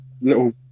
little